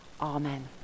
amen